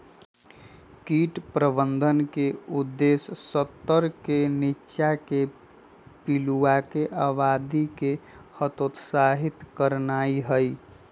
कीट प्रबंधन के उद्देश्य स्तर से नीच्चाके पिलुआके आबादी के हतोत्साहित करनाइ हइ